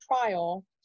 trial